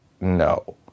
No